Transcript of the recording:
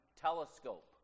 telescope